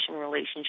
relationship